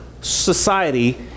society